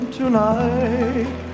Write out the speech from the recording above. tonight